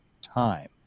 time